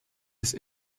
his